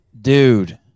Dude